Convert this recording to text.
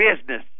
business